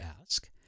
ask